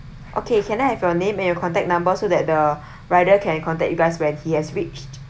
okay can I have your name and your contact number so that the rider can contact you guys when he has reached